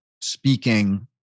speaking